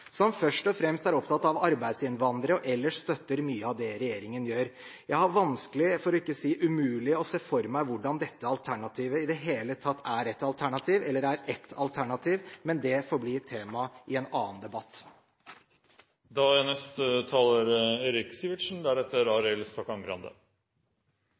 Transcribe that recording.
som først og fremst er opptatt av arbeidsinnvandrere og ellers støtter mye av det regjeringen gjør. Det er vanskelig – for ikke å si umulig – å se for seg hvordan dette alternativet i det hele tatt er et alternativ, eller det er ett alternativ, men det får bli et tema i en annen